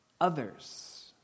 others